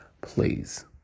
Please